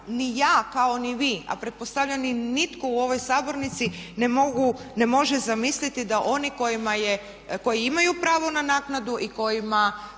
Ni ja kao ni vi a pretpostavljam ni nitko u ovoj sabornici ne može zamisliti da oni koji imaju pravo na naknadu i kojima